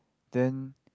then